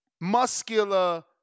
muscular